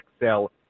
excel